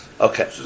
Okay